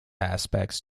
aspects